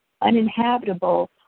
uninhabitable